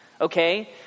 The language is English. okay